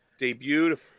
debuted